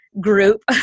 group